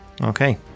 Okay